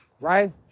Right